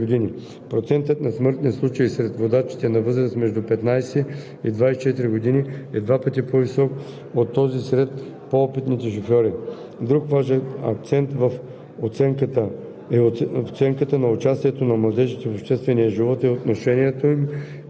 В световен мащаб пътно-транспортните произшествия са основната причина за смъртност сред младежите на възраст между 5 и 29 години. Процентът на смъртни случаи сред водачите на възраст между 15 и 24 години е два пъти по-висок от този сред по опитните